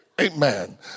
Amen